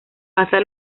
pasa